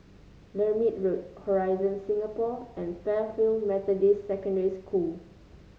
Lermit Road Horizon Singapore and Fairfield Methodist Secondary School